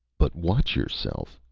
but watch yourself,